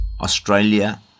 Australia